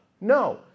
no